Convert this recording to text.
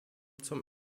zum